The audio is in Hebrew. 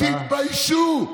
תתביישו.